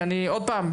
ועוד פעם,